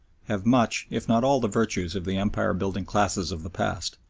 have much, if not all the virtues of the empire-building classes of the past.